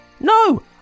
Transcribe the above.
No